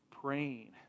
praying